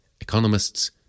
economists